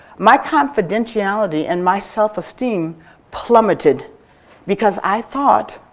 my confidentiality and my self esteem plummeted because i thought,